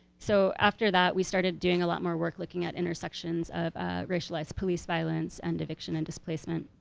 so after that, we started doing a lot more work looking at intersections of racialized police violence and eviction and displacement.